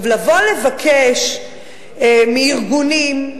לבוא לבקש מארגונים,